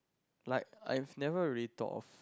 like I never really thought of